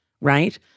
right